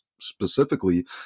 specifically